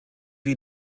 wir